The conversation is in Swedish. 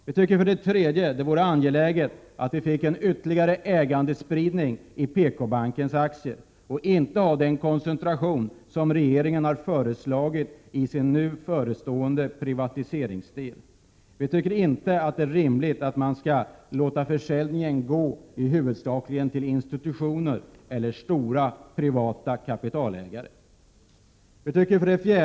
Vi anser också att det vore angeläget att få en ytterligare spridning av ägandet av aktier i PKbanken och inte ha den koncentration som regeringen har föreslagit i sin nu förestående privatisering. Det är inte rimligt att man skall låta försäljningen huvudsakligen erbjudas till institutioner eller stora privata kapitalägare.